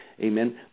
amen